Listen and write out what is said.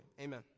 Amen